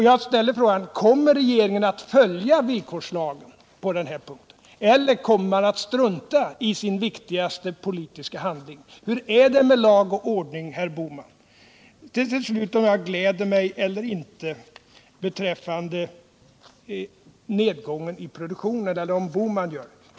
Jag ställer frågan: Kommer regeringen att följa villkorslagen på den här punkten eller kommer man att strunta i sin viktigaste politiska handling? Hur är det med lag och ordning, herr Bohman? Till slut frågan om herr Bohman eller jag gläder oss eller inte beträffande nedgången i produktionen.